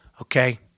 Okay